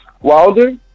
Wilder